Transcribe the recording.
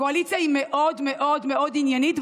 הקואליציה היא מאוד מאוד מאוד עניינית,